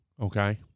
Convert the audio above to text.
Okay